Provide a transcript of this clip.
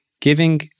Giving